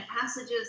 passages